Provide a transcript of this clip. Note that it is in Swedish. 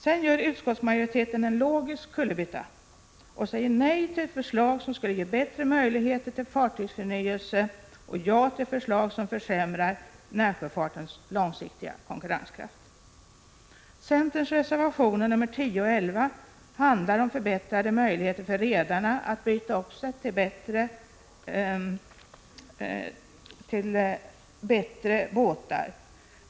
Sedan gör utskottsmajoriteten en logisk kullerbytta och säger nej till förslag som skulle ge bättre möjligheter till fartygsförnyelse och ja till förslag som försämrar närsjöfartens långsiktiga konkurrenskraft. Centerns reservationer 10 och 11 handlar om förbättrade möjligheter för redarna att byta upp sig till bättre båtar.